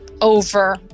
over